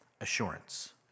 assurance